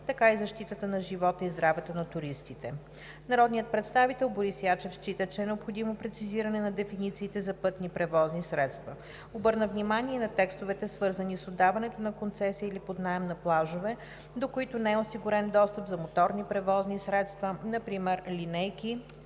така и защитата на живота и здравето на туристите. Народният представител Борис Ячев счита, че е необходимо прецизиране на дефинициите за пътни превозни средства. Обърна внимание и на текстовете, свързани с отдаването на концесия или под наем на плажове, до които не е осигурен достъп за моторни превозни средства, например линейки,